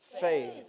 faith